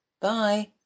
Bye